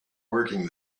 working